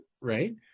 Right